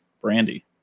brandy